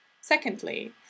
Secondly